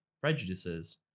prejudices